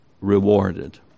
rewarded